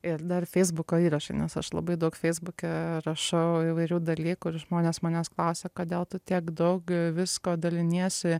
ir dar feisbuko įrašai nes aš labai daug feisbuke rašau įvairių dalykų ir žmonės manęs klausia kodėl tu tiek daug visko daliniesi